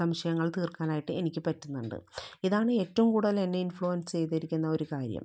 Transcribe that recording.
സംശയങ്ങൾ തീർക്കാനായിട്ട് എനിക്ക് പറ്റുന്നുണ്ട് ഇതാണ് ഏറ്റവും കൂടുതൽ എന്നെ ഇൻഫ്ളുവൻസ് ചെയ്തിരിക്കുന്ന ഒരു കാര്യം